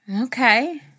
Okay